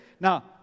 Now